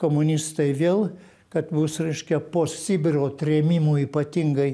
komunistai vėl kad bus reiškia po sibiro trėmimų ypatingai